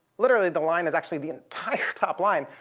literally the line is actually the entire top line,